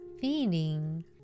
feeling